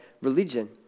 religion